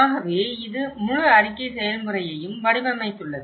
ஆகவே இது முழு அறிக்கை செயல்முறையையும் வடிவமைத்துள்ளது